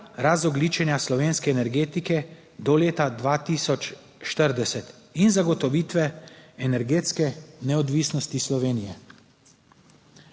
razogljičenja slovenske energetike do leta 2040 in zagotovitve energetske neodvisnosti Slovenije.